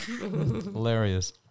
Hilarious